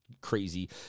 crazy